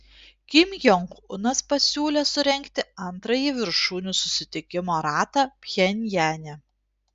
kim jong unas pasiūlė surengti antrąjį viršūnių susitikimo ratą pchenjane